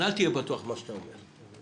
אל תהיה בטוח במה שאתה אומר.